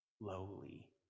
lowly